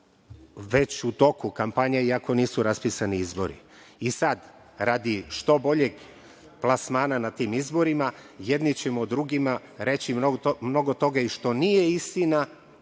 već u toku kampanja iako nisu raspisani izbori, sad, radi što boljeg plasmana na tim izborima, jedni ćemo drugima reći mnogo toga i što nije istina